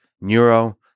Neuro